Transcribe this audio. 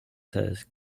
says